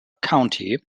county